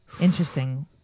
Interesting